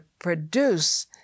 produce